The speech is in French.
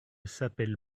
s’appelle